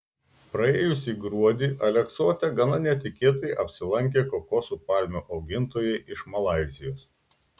praėjusį gruodį aleksote gana netikėtai apsilankė kokoso palmių augintojai iš malaizijos